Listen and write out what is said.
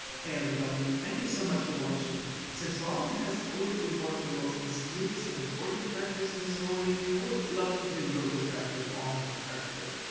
hey everybody. thank you so much for watching. since robin has always been one of the most mysterious and important characters in the story, i would love to hear your perspective on her character.